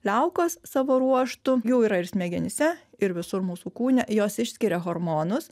liaukos savo ruožtu jų yra ir smegenyse ir visur mūsų kūne jos išskiria hormonus